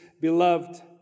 beloved